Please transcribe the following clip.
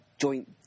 joint